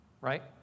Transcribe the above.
right